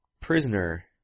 prisoner